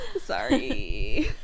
Sorry